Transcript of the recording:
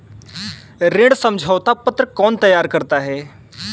ऋण समझौता पत्र कौन तैयार करता है?